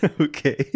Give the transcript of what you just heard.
Okay